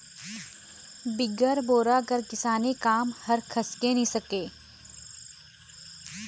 बिगर बोरा कर किसानी काम हर खसके नी सके